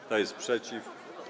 Kto jest przeciw?